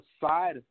side